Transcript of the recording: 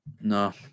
No